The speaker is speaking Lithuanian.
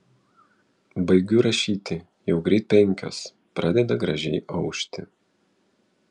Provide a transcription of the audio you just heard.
baigiu rašyti jau greit penkios pradeda gražiai aušti